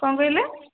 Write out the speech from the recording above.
କ'ଣ କହିଲେ